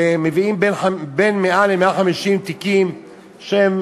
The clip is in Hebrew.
ומביאים בין 100 ל-150 תיקים שהם